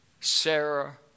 Sarah